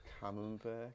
Camembert